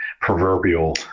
proverbial